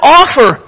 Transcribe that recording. offer